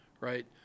right